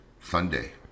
Sunday